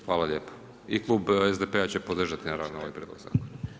Hvala lijepo i klub SDP-a će podržati ovaj prijedlog zakona.